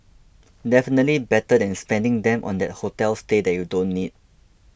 definitely better than spending them on that hotel stay that you don't need